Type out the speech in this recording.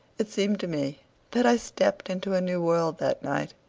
it seemed to me that i stepped into a new world that night.